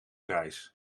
prijs